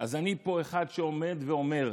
אז אני פה אחד שעומד ואומר: